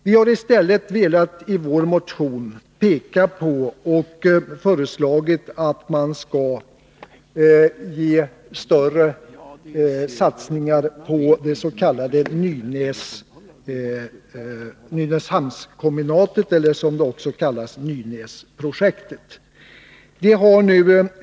Vi har i stället i vår motion stött förslaget att man skall göra större satsningar på det s.k. Nynäshamnskombinatet eller, som det också kallas, Nynäsprojektet.